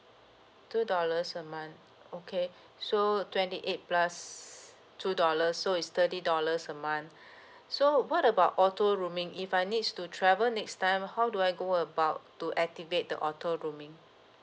two dollars a month okay so twenty eight plus two dollars so it's thirty dollars a month so what about auto roaming if I needs to travel next time how do I go about to activate the auto roaming